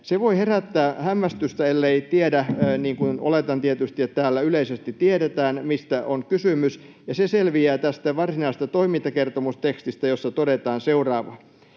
Se voi herättää hämmästystä, ellei tiedä — niin kuin oletan tietysti, että täällä yleisesti tiedetään — mistä on kysymys, ja se selviää tästä varsinaisesta toimintakertomustekstistä, jossa todetaan seuraavaa: